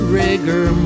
rigor